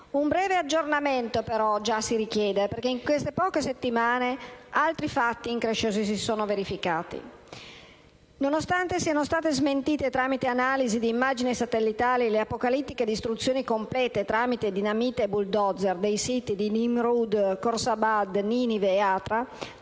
Un breve aggiornamento, però, già si richiede, perché in queste poche settimane altri fatti incresciosi si sono verificati. Nonostante siano state smentite tramite analisi di immagini satellitari le apocalittiche distruzioni complete, tramite dinamite e *bulldozer*, dei siti di Nimrud, Khorsabad, Ninive e Hatra,